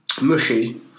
Mushy